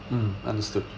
(mm understood)